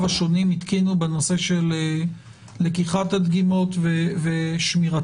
השונים התקינו בנושא של לקיחת הדגימות ושמירתן.